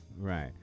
Right